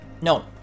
no